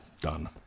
Done